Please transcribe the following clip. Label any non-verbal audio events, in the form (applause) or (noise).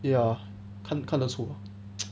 ya 看得出 ah (noise)